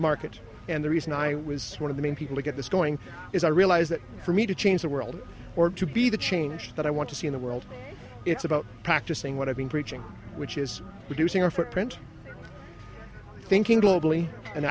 market and the reason i was one of the main people to get this going is i realize that for me to change the world or to be the change that i want to see in the world it's about practicing what i've been preaching which is reducing our footprint thinking globally an